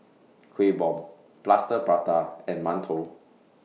Kueh Bom Plaster Prata and mantou